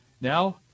now